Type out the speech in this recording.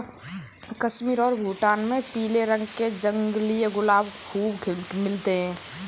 कश्मीर और भूटान में पीले रंग के जंगली गुलाब खूब मिलते हैं